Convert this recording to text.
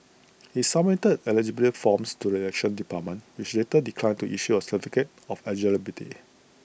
he submitted eligibility forms to the elections department which later declined to issue A certificate of eligibility